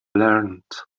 learned